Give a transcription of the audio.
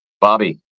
Bobby